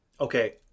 Okay